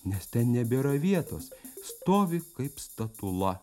nes ten nebėra vietos stovi kaip statula